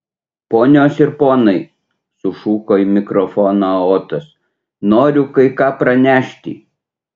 ponios ir ponai sušuko į mikrofoną otas noriu kai ką pranešti